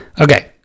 okay